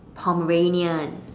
Pomeranian